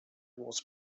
was